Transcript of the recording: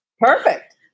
Perfect